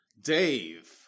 Dave